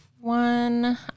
one